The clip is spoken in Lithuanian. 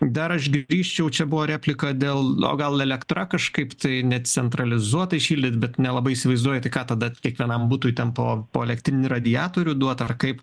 dar aš grįžčiau čia buvo replika dėl o gal elektra kažkaip tai ne centralizuotai šildyt bet nelabai įsivaizduoju tai ką tada kiekvienam butui ten po po elektrinį radiatorių duot ar kaip